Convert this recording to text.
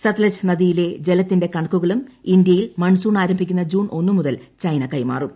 സത്ലജ് നദിയിലെ ജലത്തിന്റെ കണക്കുകളും ഇന്ത്യയിൽ മൺസൂൺ ആരംഭിക്കുന്ന ജൂൺ ഒന്നു മുതൽ ചൈന കൈമാറും